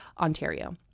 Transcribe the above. Ontario